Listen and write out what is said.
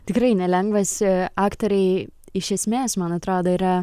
tikrai nelengvas aktoriai iš esmės man atrodo yra